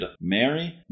Mary